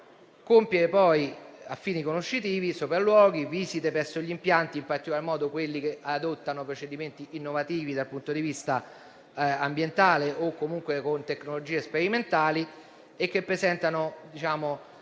compiere, a fini conoscitivi, sopralluoghi e visite presso gli impianti, in particolar modo quelli che adottano procedimenti innovativi dal punto di vista ambientale o comunque con tecnologie sperimentali e che presentano